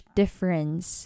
difference